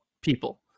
people